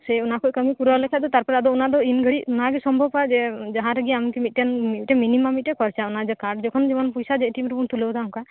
ᱥᱮᱭ ᱚᱱᱟ ᱠᱷᱚᱡ ᱠᱟᱹᱢᱤ ᱯᱩᱨᱟᱚᱣ ᱞᱮᱱ ᱠᱷᱟᱱ ᱛᱟᱯᱚᱨᱮ ᱟᱫᱚ ᱤᱱᱜᱷᱟᱹᱲᱤᱪ ᱚᱱᱟ ᱜᱮ ᱥᱚᱢᱵᱷᱚᱵᱟ ᱡᱮ ᱡᱟᱱᱟᱨᱮᱜᱮ ᱟᱢ ᱢᱤᱴᱟᱝ ᱢᱤᱱᱤᱢᱟᱢ ᱠᱷᱚᱨᱪᱟᱜᱼᱟ ᱡᱚᱠᱷᱚᱱ ᱡᱮᱢᱚᱱ ᱯᱚᱭᱥᱟ ᱮᱴᱤᱭᱮᱢ ᱨᱮᱵᱚ ᱛᱩᱞᱟᱹᱣ ᱮᱫᱟ ᱚᱱᱠᱟ